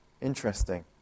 Interesting